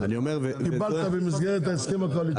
קיבלת במסגרת ההסכם הקואליציוני.